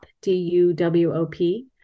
D-U-W-O-P